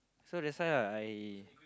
so that's why uh I